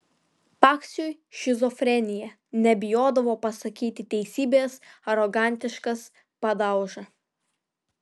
paksiui šizofrenija nebijodavo pasakyti teisybės arogantiškas padauža